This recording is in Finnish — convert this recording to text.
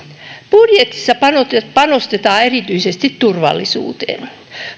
budjetissa panostetaan panostetaan erityisesti turvallisuuteen